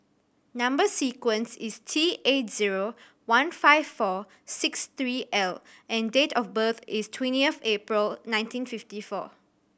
number sequence is T eight zero one five four six three L and date of birth is twentieth April nineteen fifty four